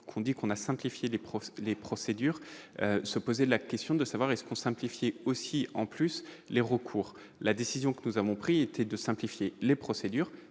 qu'on dit qu'on a simplifié les profs, les procédures se poser la question de savoir est-ce qu'on aussi en plus les recours, la décision que nous avons pris était de simplifier les procédures,